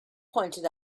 pointed